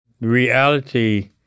reality